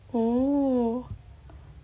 oh